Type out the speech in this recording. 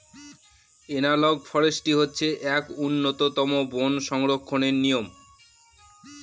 analogue forestry হচ্ছে এক উন্নতম বন সংরক্ষণের নিয়ম